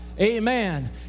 amen